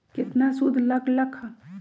केतना सूद लग लक ह?